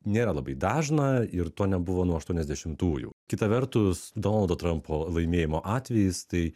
nėra labai dažna ir to nebuvo nuo aštuoniasdešimųjų kita vertus donaldo trampo laimėjimo atvejis tai